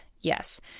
Yes